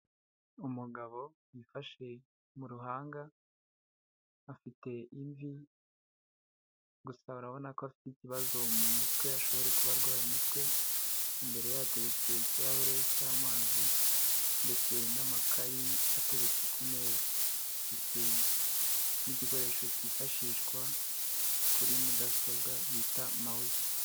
Umugabo yifashe mu ruhanga, afite imvi gusa urabona ko afite ikibazo mu mutwe, ashobora kuba arwaye umutwe, imbere ye hatetse ikirahure cy'amazi ndetse n'amakayi ateretse ku meza ndetse n'igikoresho cyifashishwa kuri mudasobwa bita mawuse.